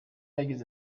yagize